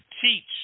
teach